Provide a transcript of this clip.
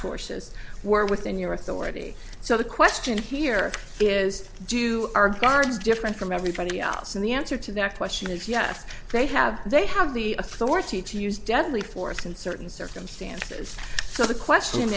tortious were within your authority so the question here is do our guard is different from everybody else and the answer to that question is yes they have they have the authority to use deadly force in certain circumstances so the question